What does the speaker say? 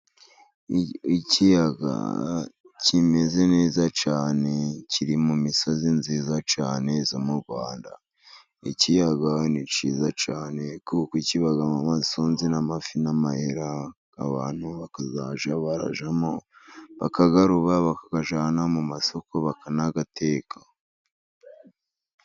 Ikiyaga kimeze neza cyane, kiri mu misozi nziza cyane yo mu Rwanda, ikiyaga ni cyiza cyane kuko kiba mu misozi n'amafi n'amayira abantu bakazajya barajyamo bakagarura bakajyana mu masoko bakanayateka.